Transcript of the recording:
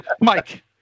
Mike